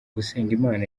usengimana